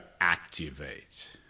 Activate